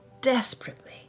desperately